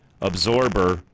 absorber